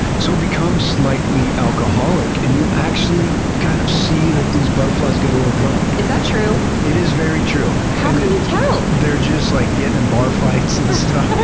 so it becomes slightly alcoholic and you actually, kind of, see that these butterflies get a little drunk. is that true? it is very true. how can you tell? they're just like getting in bar fights and stuff.